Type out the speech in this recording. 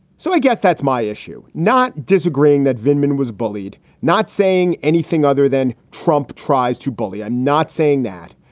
so i guess that's my issue. not disagreeing that venkman was bullied. not saying anything other than trump tries to bully. i'm not saying that.